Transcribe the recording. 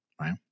right